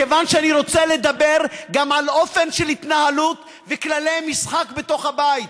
מכיוון שאני רוצה לדבר גם על אופן של התנהלות וכללי משחק בתוך הבית.